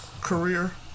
career